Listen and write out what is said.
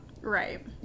Right